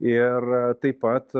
ir taip pat